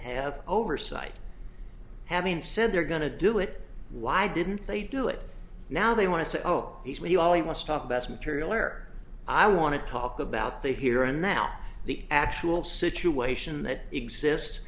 have oversight having said they're going to do it why didn't they do it now they want to say oh he's with you all you must talk best material or i want to talk about the here and now the actual situation that exists